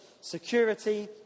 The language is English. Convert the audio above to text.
security